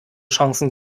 chancen